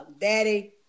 Daddy